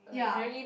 ya